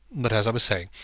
but, as i was saying,